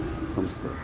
संस्कृतम्